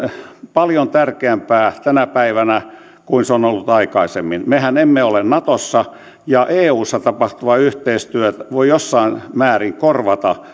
paljon tärkeämpää tänä päivänä kuin se on ollut aikaisemmin mehän emme ole natossa ja eussa tapahtuva yhteistyö voi jossain määrin korvata